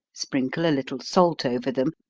sprinkle a little salt over them,